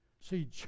See